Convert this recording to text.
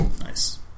Nice